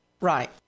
Right